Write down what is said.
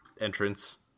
entrance